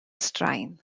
straen